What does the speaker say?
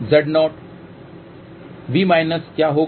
V− क्या होगा